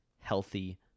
healthy